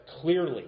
clearly